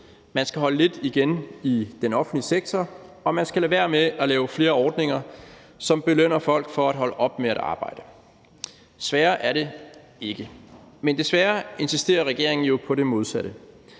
man skal holde lidt igen i den offentlige sektor, og man skal lade være med at lave flere ordninger, som belønner folk for at holde op med at arbejde. Sværere er det ikke. Men desværre insisterer regeringen jo på det modsatte